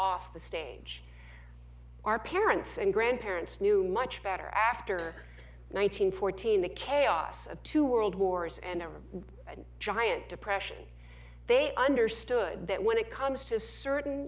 off the stage our parents and grandparents knew much better after nine hundred fourteen the chaos of two world wars and a giant depression they understood that when it comes to certain